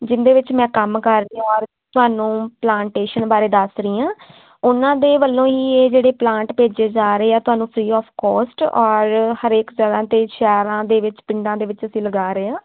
ਜਿਹਦੇ ਵਿੱਚ ਮੈਂ ਕੰਮ ਕਰਦੀ ਹਾਂ ਔਰ ਤੁਹਾਨੂੰ ਪਲਾਂਟੇਸ਼ਨ ਬਾਰੇ ਦੱਸ ਰਹੀ ਹਾਂ ਉਹਨਾਂ ਦੇ ਵੱਲੋਂ ਹੀ ਇਹ ਜਿਹੜੇ ਪਲਾਂਟ ਭੇਜੇ ਜਾ ਰਹੇ ਆ ਤੁਹਾਨੂੰ ਫਰੀ ਆਫ ਕੋਸਟ ਔਰ ਹਰੇਕ ਦਲਾਂ 'ਤੇ ਸ਼ਹਿਰਾਂ ਦੇ ਵਿੱਚ ਪਿੰਡਾਂ ਦੇ ਵਿੱਚ ਅਸੀਂ ਲਗਾ ਰਹੇ ਹਾਂ